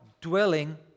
dwelling